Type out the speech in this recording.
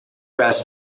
rest